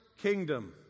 kingdom